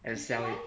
and sell it